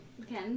Okay